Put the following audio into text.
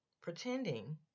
pretending